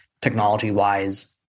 technology-wise